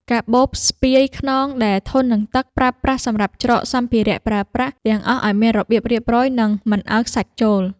កាបូបស្ពាយខ្នងដែលធន់នឹងទឹក ប្រើសម្រាប់ច្រកសម្ភារៈប្រើប្រាស់ទាំងអស់ឱ្យមានរបៀបរៀបរយ និងមិនឱ្យខ្សាច់ចូល។